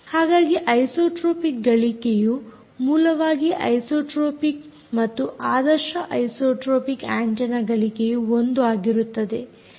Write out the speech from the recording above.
ಹಾಗಾಗಿ ಐಸೋಟ್ರೋಪಿಕ್ ಗಳಿಕೆಯು ಮೂಲವಾಗಿ ಐಸೋಟ್ರೋಪಿಕ್ ಮತ್ತು ಆದರ್ಶ ಐಸೋಟ್ರೋಪಿಕ್ ಆಂಟೆನ್ನದ ಗಳಿಕೆಯು 1 ಆಗಿರುತ್ತದೆ